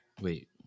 Wait